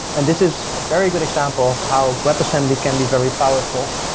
and this is a very good example of how web assembly can be very powerful.